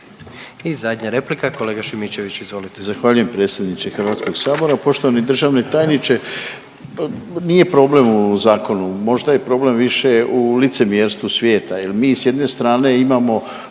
I zadnja replika kolega Šimičević izvolite. **Šimičević, Rade (HDZ)** Zahvaljujem predsjedniče HS. Poštovani državni tajniče, nije problem u zakonu, možda je problem više u licemjerstvu svijeta jel mi s jedne strane imamo